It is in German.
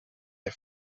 der